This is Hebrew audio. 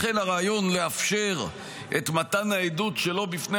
לכן הרעיון לאפשר את מתן העדות שלא בפני